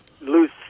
lose